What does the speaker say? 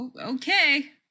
Okay